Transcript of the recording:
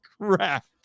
crap